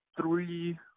three